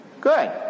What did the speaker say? Good